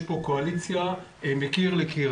יש פה קואליציה מקיר אל קיר.